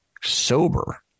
sober